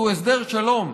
הוא הסדר שלום,